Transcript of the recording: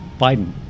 Biden